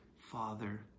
father